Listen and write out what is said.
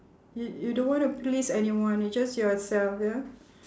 you you don't want to please anyone you just yourself ya